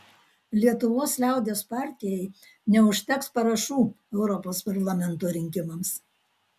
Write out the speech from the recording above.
lietuvos liaudies partijai neužteks parašų europos parlamento rinkimams